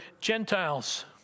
Gentiles